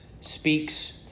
speaks